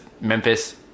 Memphis